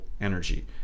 energy